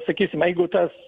sakysim jeigu tas